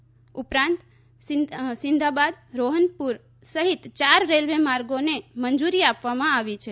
આ ઉપરાંત સિંધાબાદ રોહનપુર સહિત ચાર રેલવે માર્ગોનિ મંજૂરી આપવામાં આવી છે